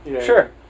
Sure